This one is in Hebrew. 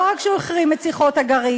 לא רק שהוא החרים את שיחות הגרעין,